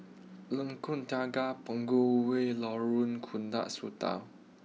Lengkong Tiga Punggol way Lorong Tukang Satu